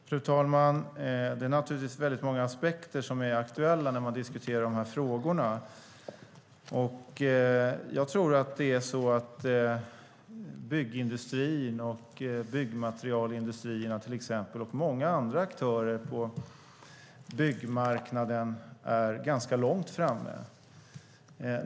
Fru talman! Det är naturligtvis väldigt många aspekter som är aktuella när man diskuterar dessa frågor. Byggindustrin, byggmaterialindustrin och många andra aktörer på byggmarknaden är ganska långt framme.